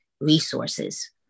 resources